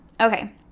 Okay